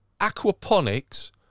aquaponics